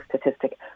statistic